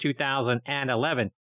2011